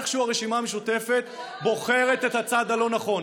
איכשהו הרשימה המשותפת בוחרת את הצד הלא-נכון,